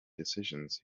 decisions